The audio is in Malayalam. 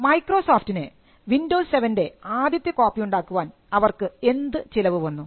മൈക്രോസോഫ്റ്റിന് വിൻഡോസ് സെവൻറെ ആദ്യത്തെ കോപ്പി ഉണ്ടാക്കുവാൻ അവർക്ക് എന്ത് ചിലവ് വന്നു